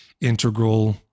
integral